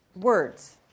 words